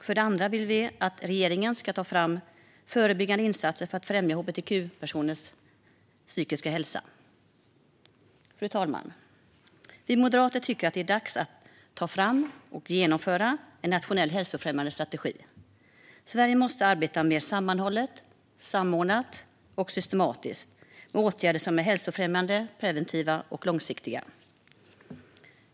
För det andra vill vi att regeringen ska ta fram förebyggande insatser för att främja hbtq-personers psykiska hälsa. Fru talman! Vi moderater tycker att det är dags att ta fram och genomföra en nationell hälsofrämjande strategi. Sverige måste arbeta mer sammanhållet, samordnat och systematiskt med åtgärder som är hälsofrämjande, preventiva och långsiktiga.